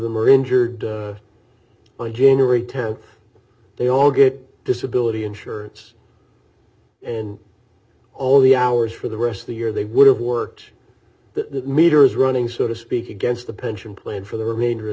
them are injured on january th they all get disability insurance and all the hours for the rest of the year they would have worked the meter is running so to speak against the pension plan for the remainder of